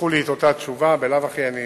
ניסחו לי את אותה תשובה, בלאו הכי לא